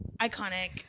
Iconic